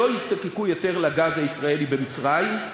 שלא יזדקקו יותר לגז הישראלי במצרים,